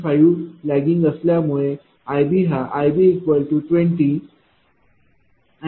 5 lagging असल्यामुळेi B20∠ 60°10 j17